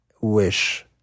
wish